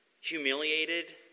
humiliated